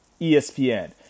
ESPN